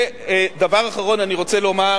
דבר אחרון, אני רוצה לומר